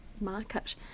market